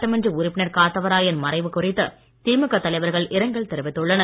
சட்டமன்ற உறுப்பினர் காத்தவராயன் மறைவு குறித்து திமுக தலைவர்கள் இரங்கல் தெரிவித்துள்ளனர்